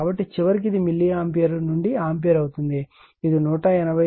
కాబట్టి చివరికి అది మిల్లీ ఆంపియర్ నుండి ఆంపియర్ అవుతుంది ఇది 180